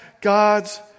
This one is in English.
God's